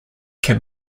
can